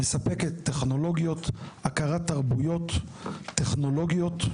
היא מספקת טכנולוגיות, הכרת תרבויות טכנולוגיות,